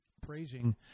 praising